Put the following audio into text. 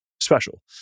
special